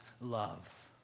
love